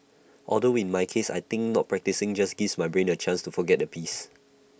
although in my case I think not practising just gives my brain A chance to forget the piece